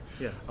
Yes